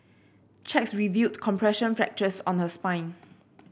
checks revealed compression fractures on the spine